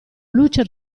luce